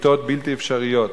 בכיתות בלתי אפשריות.